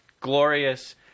Glorious